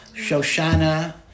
Shoshana